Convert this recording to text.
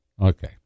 Okay